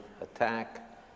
attack